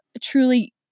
truly